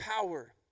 power